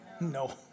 No